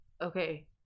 Okay